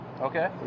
Okay